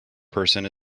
person